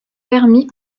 permis